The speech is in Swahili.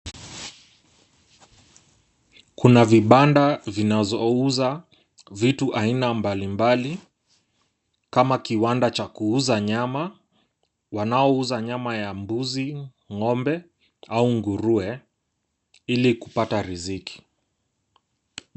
Kuna vibanda vinazouza vitu aina mbalimbali kama kiwanda cha kuuza nyama, wanaouza nyama ya mbuzi, ng'ombe au nguruwe ili kupata riziki.